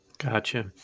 Gotcha